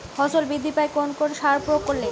ফসল বৃদ্ধি পায় কোন কোন সার প্রয়োগ করলে?